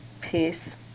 peace